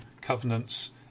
covenants